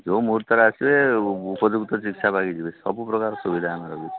ଯୋଉ ମୁହୂର୍ତ୍ତରେ ଆସିଲେ ଉପଯୁକ୍ତ ଚିକିତ୍ସା ପାଇ ଯିବେ ସବୁ ପ୍ରକାର ସୁବିଧା ଆମେ ରଖିଛୁ